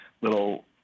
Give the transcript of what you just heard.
little